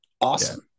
awesome